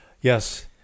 Yes